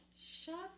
Shut